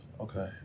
Okay